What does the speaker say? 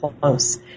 close